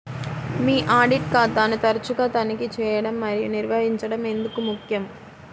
మీ audit ఖాతాను తరచుగా తనిఖీ చేయడం మరియు నిర్వహించడం ఎందుకు ముఖ్యం?